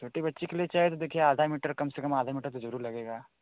छोटी बच्ची के लिए चाहिए तो देखिए आधा मीटर कम से कम आधा मीटर तो ज़रूर लगेगा